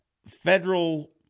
Federal